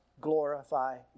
glorify